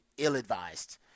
ill-advised